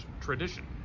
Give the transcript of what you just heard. tradition